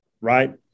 right